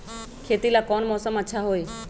खेती ला कौन मौसम अच्छा होई?